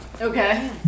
Okay